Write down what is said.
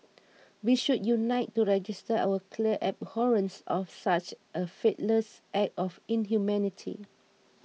we should unite to register our clear abhorrence of such a faithless act of inhumanity